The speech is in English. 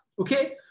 okay